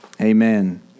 Amen